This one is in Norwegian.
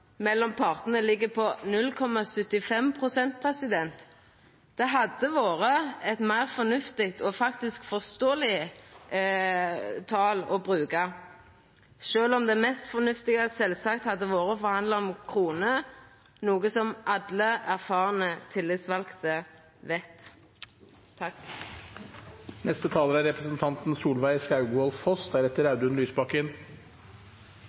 mellom partane ligg på 0,75 pst. Det hadde vore eit meir fornuftig og faktisk forståeleg tal å bruka, sjølv om det mest fornuftige sjølvsagt hadde vore å forhandla om kroner, noko som alle erfarne tillitsvalde veit. Jeg er